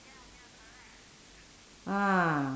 ah